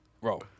Bro